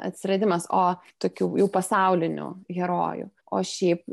atsiradimas o tokių jau pasaulinių herojų o šiaip